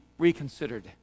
reconsidered